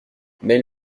mail